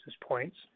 points